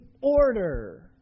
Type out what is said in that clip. order